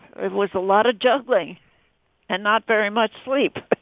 it was a lot of juggling and not very much sleep